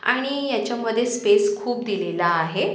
आणि याच्यामध्ये स्पेस खूप दिलेला आहे